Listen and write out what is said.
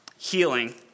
Healing